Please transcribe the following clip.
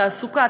תעסוקה,